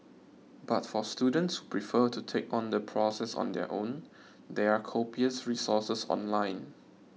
but for students prefer to take on the process on their own there are copious resources online